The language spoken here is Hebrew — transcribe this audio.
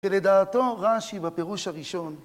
ולדעתו רש"י בפירוש הראשון